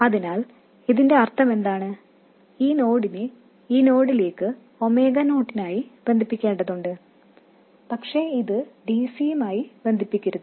അതിനാൽ ഇതിന്റെ അർത്ഥമെന്താണ് ഈ നോഡിനെ ഈ നോഡിലേക്ക് ഒമേഗ നോട്ടിനായി ബന്ധിപ്പിക്കേണ്ടതുണ്ട് പക്ഷേ ഇത് dc യുമായി ബന്ധിപ്പിക്കരുത്